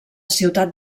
ciutat